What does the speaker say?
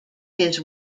his